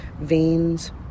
veins